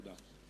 תודה.